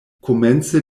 komence